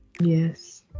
Yes